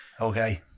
Okay